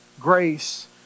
grace